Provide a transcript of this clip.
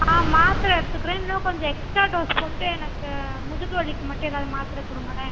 ஆ மாத்தரை எடுத்துக்குறேன் இன்னும் கொஞ்சம் எக்ஸ்ட்டா டோஸ் போட்டு எனக்கு முதுகு வலிக்கு மட்டும் எதாவது மாத்தரை கொடுங்களேன்